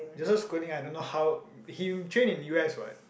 Joseph Schooling I don't know how he trained in u_s what